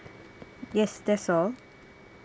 yes that's all